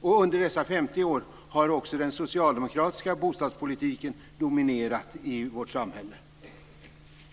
Och under dessa 50 år har också den socialdemokratiska bostadspolitiken dominerat i vårt samhälle,